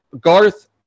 Garth